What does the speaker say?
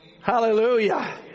Hallelujah